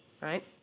right